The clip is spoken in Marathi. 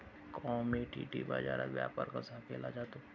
कमॉडिटी बाजारात व्यापार कसा केला जातो?